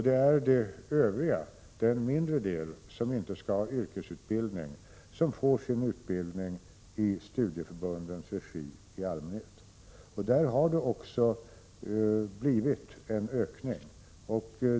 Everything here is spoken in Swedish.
Det är de övriga, den mindre del som inte skall ha yrkesutbildning, som i allmänhet får sin utbildning i studieförbundens regi. Där har det också blivit en ökning.